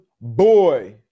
Boy